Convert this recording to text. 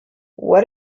what